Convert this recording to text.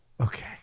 Okay